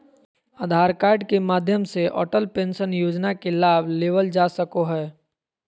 आधार card के माध्यम से अटल पेंशन योजना के लाभ लेवल जा सको हय